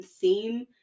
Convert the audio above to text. theme